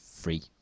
free